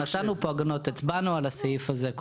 נתנו הגנות והצבענו קודם על הסעיף.